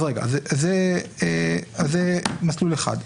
אז רגע, זה מסלול אחד.